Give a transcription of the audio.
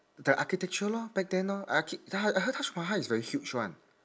the architecture lor back then lor achi~ I heard I heard taj mahal is very huge one